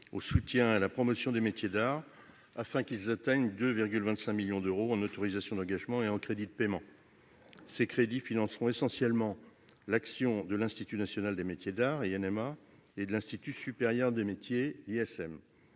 au soutien et à la promotion des métiers d'art afin qu'ils atteignent 2,25 millions d'euros en autorisations d'engagement et en crédits de paiement. Ces crédits financeront essentiellement l'action de l'Institut national des métiers d'art (INMA) et de l'Institut supérieur des métiers (ISM).